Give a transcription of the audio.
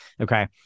okay